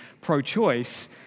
pro-choice